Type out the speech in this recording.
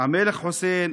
המלך חוסיין,